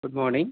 good morning